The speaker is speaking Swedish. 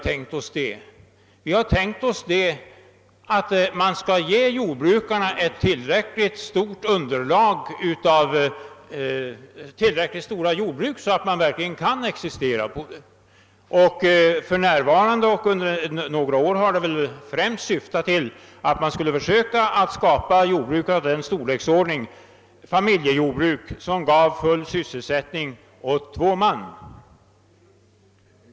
Enligt vår mening skall jordbrukarna få tillräckligt stora jordbruk, så att det verkligen går att existera på dem, och sedan några år tillbaka har vi väl främst försökt skapa familjejordbruk av en storlek som kan ge full sysselsättning åt minst två man.